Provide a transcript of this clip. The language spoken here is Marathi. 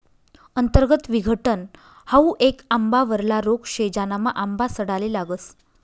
अंतर्गत विघटन हाउ येक आंबावरला रोग शे, ज्यानामा आंबा सडाले लागस